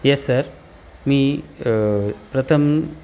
yes sir मी प्रथम